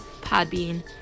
Podbean